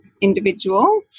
individual